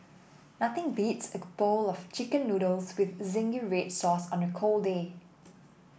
nothing beats bowl of chicken noodles with zingy red sauce on a cold day